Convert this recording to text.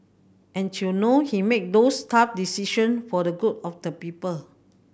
and you know he made those tough decision for the good of the people